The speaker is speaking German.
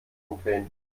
umdrehen